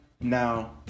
Now